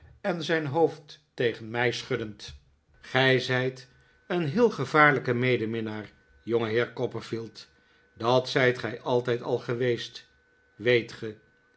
en zijn hoofd tegen mij schuddend gij zijt een heel gevaarlijke medeminnaar jongeheer copperfield dat zijt gij altijd al geweest weet ge